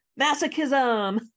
masochism